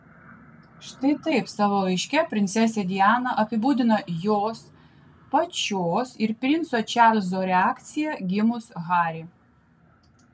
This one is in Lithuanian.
štai taip savo laiške princesė diana apibūdina jos pačios ir princo čarlzo reakciją gimus harry